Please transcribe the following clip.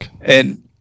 And-